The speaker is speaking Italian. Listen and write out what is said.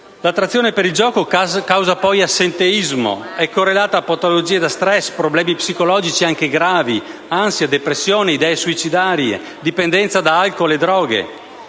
L'attrazione per il gioco causa poi assenteismo. È correlata a patologie da *stress*, a problemi psicologici anche gravi (ansia, depressioni, idee suicidarie) e a dipendenza da alcol e droghe.